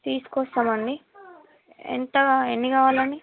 తీసుకు వస్తాం అండి ఎంత కావా ఎన్ని కావాలి అని